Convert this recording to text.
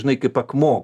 žinai kaip akmuo